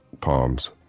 palms